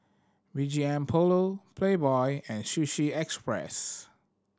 B G M Polo Playboy and Sushi Express